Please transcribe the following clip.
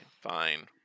Fine